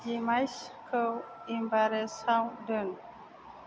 डिभाइसखौ एमभारेजाव दोन